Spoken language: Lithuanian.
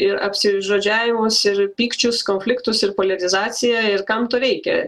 ir apsižodžiavimus ir pykčius konfliktus ir poliarizaciją ir kam to reikia